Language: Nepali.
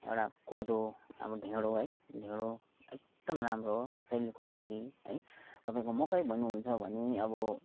एउटा कोदो अब ढेँडो है ढेँडो एकदम राम्रो शरीरको लागि है तपाईँको मकै भन्नहुन्छ भने अब